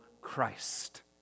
Christ